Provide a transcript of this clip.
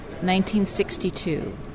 1962